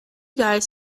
guys